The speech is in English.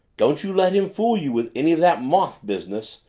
don't you let him fool you with any of that moth business!